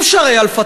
לא היה אפשר לפטר,